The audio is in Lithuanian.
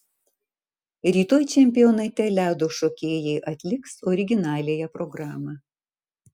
rytoj čempionate ledo šokėjai atliks originaliąją programą